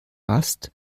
ast